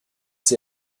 sie